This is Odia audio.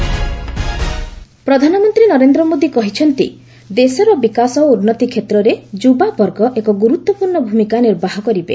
ପିଏମ୍ ମନ୍ କୀ ବାତ୍ ପ୍ରଧାନମନ୍ତ୍ରୀ ନରେନ୍ଦ୍ର ମୋଦି କହିଛନ୍ତି ଦେଶର ବିକାଶ ଓ ଉନ୍ନତି କ୍ଷେତ୍ରରେ ଯୁବାବର୍ଗ ଏକ ଗୁରୁତ୍ୱପୂର୍ଣ୍ଣ ଭୂମିକା ନିର୍ବାହ କରିବେ